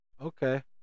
Okay